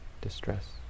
distress